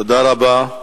תודה רבה.